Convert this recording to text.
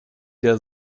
der